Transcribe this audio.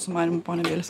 su marijum pone bielski